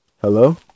Hello